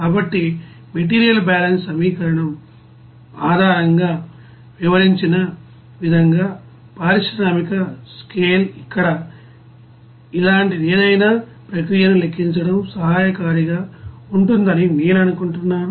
కాబట్టి material balance సమీకరణం ఆధారంగా వివరించిన విధంగా పారిశ్రామిక స్కేల్ ఇక్కడ ఇలాంటి ఏదైనా ప్రక్రియను లెక్కించడం సహాయకారిగా ఉంటుందని నేను అనుకుంటున్నాను